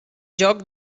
joc